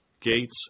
gates